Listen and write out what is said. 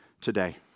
today